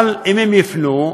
אם הם יפנו,